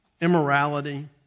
Immorality